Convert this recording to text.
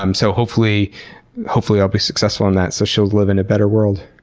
um so hopefully hopefully i'll be successful in that, so she'll live in a better world.